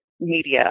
media